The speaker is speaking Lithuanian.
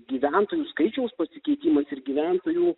gyventojų skaičiaus pasikeitimas ir gyventojų